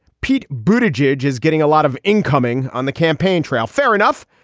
pete bhuta jej is getting a lot of incoming on the campaign trail. fair enough.